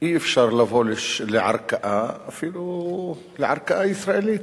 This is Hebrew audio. אי-אפשר לבוא לערכאה, אפילו לערכאה ישראלית.